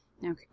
now